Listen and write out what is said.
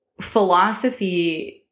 philosophy